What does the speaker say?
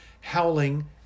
howling